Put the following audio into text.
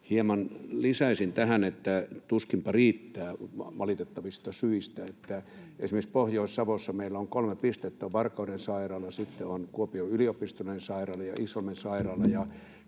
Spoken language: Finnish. hieman lisäisin tähän, että tuskinpa riittää, valitettavista syistä. Esimerkiksi Pohjois-Savossa meillä on kolme pistettä — on Varkauden sairaala, sitten on Kuopion yliopistollinen sairaala ja Iisalmen sairaala